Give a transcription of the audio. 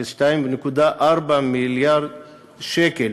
של 2.4 מיליארד שקל,